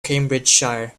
cambridgeshire